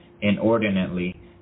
inordinately